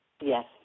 Yes